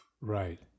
Right